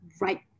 right